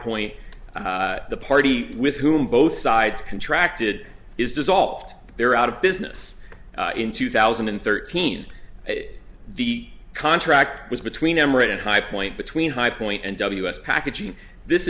point the party with whom both sides contracted is dissolved they're out of business in two thousand and thirteen the contract was between emirate and high point between high point and ws packaging this